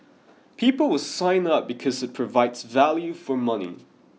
people will sign up because it provides value for money